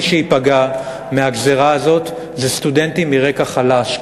מי שייפגע מהגזירה הזאת זה סטודנטים מרקע חלש,